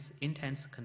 intense